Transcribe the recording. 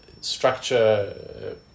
structure